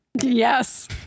Yes